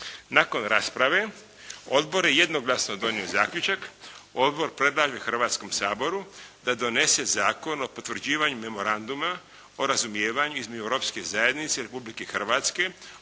Nakon rasprave odbor je jednoglasno donio zaključak: odbor predlaže Hrvatskom saboru da donese Zakon o potvrđivanju memoranduma o razumijevanju između Europske zajednice i Republike Hrvatske